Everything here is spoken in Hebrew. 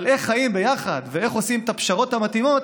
אבל איך חיים ביחד ואיך עושים את הפשרות המתאימות,